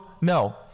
no